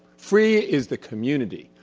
free is the community.